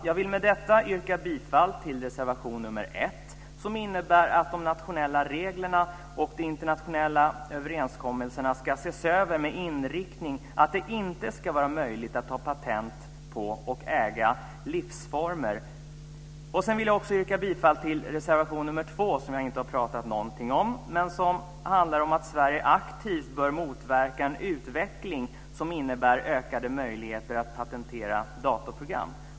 Jag vill med detta yrka bifall till reservation nr 1, som innebär att de nationella reglerna och de internationella överenskommelserna ska ses över med inriktning på att det inte ska vara möjligt att ta patent på och äga livsformer. Sedan vill jag också yrka bifall till reservation nr 2, som jag inte har talat någonting om. Den handlar om att Sverige aktivt bör motverka en utveckling om innebär ökade möjligheter att patentera datorprogram.